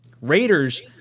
raiders